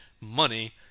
money